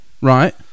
Right